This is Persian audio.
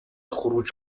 خروج